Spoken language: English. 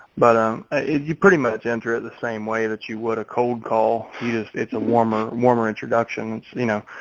but ah you pretty much enter it the same way that you would a cold call. he is it's a warmer, warmer introductions, you know.